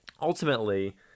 ultimately